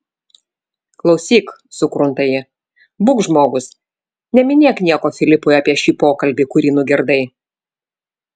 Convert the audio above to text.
klausyk sukrunta ji būk žmogus neminėk nieko filipui apie šį pokalbį kurį nugirdai